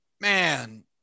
man